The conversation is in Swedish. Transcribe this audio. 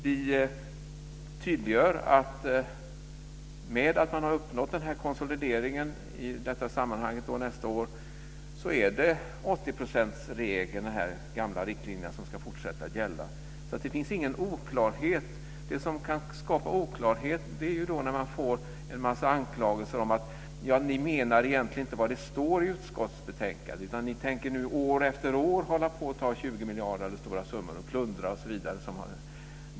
Vi tydliggör att genom att man har uppnått konsolideringen i det här sammanhanget nästa år är det 80-procentsregeln, de gamla riktlinjerna, som ska fortsätta att gälla. Det finns ingen oklarhet här. Det som kan skapa oklarhet är en massa anklagelser om att vi inte menar vad som står i utskottsbetänkandet och att vi år efter år tänker ta ut stora summor och plundra.